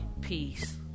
peace